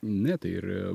ne tai ir